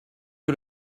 que